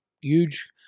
huge